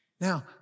Now